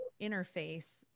interface